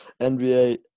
NBA